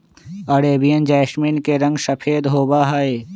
Arabian jasmine के रंग सफेद होबा हई